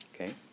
okay